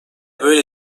böyle